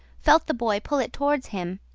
felt the boy pull it towards him,